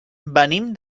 venim